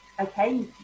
okay